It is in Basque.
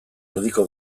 erdiko